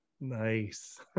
Nice